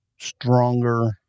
stronger